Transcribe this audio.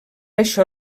això